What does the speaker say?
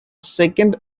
second